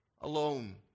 alone